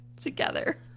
Together